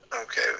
Okay